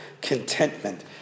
contentment